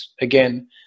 again